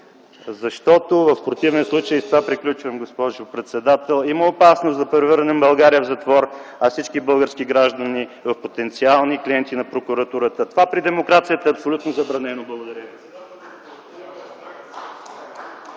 …Защото, в противен случай – с това приключвам, госпожо председател – има опасност да превърнем България в затвор, а всички български граждани – в потенциални клиенти на прокуратурата. Това при демокрацията е абсолютно забранено. Благодаря